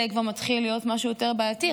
זה כבר מתחיל להיות משהו יותר בעייתי.